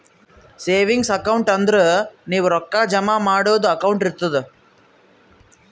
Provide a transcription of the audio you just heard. savings account ಅಂದುರ್ ನೀವು ರೊಕ್ಕಾ ಜಮಾ ಮಾಡದು ಅಕೌಂಟ್ ಇರ್ತುದ್